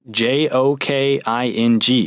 joking